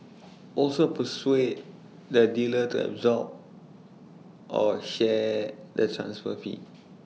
also persuade the dealer to absorb or share the transfer fee